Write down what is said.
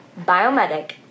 Biomedic